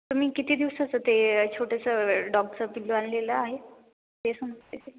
तुम्ही किती दिवसाचं ते छोटंसं डॉगचं पिल्लू आणलेलं आहे ते समजते